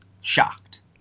shocked